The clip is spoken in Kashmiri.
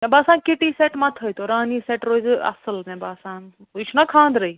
مےٚ باسان کِٹۍ سیٚٹ مَہ تہٕ تھٲیتو رانی سیٚٹ روزوٕ اصٕل مےٚ باسان یہِ چھُ نا خانٛدرٕے